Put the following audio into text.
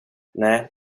nej